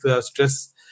stress